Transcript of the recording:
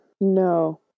no